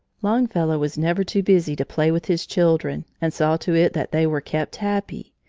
longfellow was never too busy to play with his children and saw to it that they were kept happy.